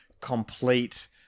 complete